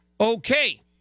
Okay